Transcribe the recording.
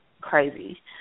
crazy